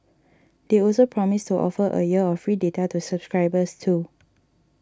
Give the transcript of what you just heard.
they also promised to offer a year of free data to subscribers too